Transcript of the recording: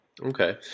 Okay